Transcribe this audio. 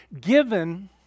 given